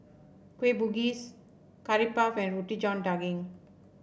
Kueh Bugis Curry Puff and Roti John Daging